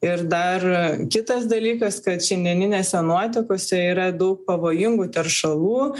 ir dar kitas dalykas kad šiandieninėse nuotekose yra daug pavojingų teršalų